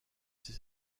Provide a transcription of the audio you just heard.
ces